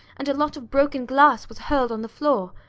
and a lot of broken glass was hurled on the floor.